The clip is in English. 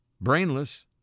brainless